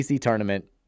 tournament